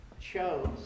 chose